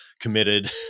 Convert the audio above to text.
committed